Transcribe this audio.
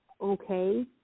okay